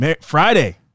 Friday